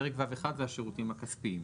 פרק ו'1 זה השירותים הכספיים.